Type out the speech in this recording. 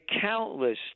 countless